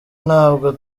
ntabwo